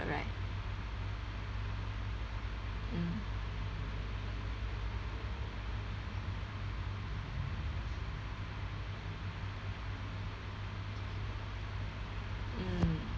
correct mm mm